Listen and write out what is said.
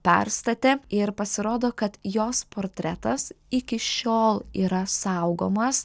perstatė ir pasirodo kad jos portretas iki šiol yra saugomas